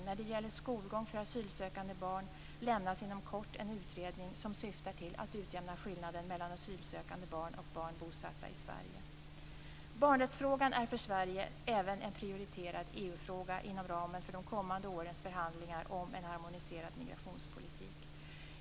När det gäller skolgång för asylsökande barn lämnas inom kort en utredning som syftar till att utjämna skillnaderna mellan asylsökande barn och barn bosatta i Sverige. Barnrättsfrågan är för Sverige även en prioriterad EU-fråga inom ramen för de kommande årens förhandlingar om en harmoniserad migrationspolitik.